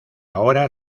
ahora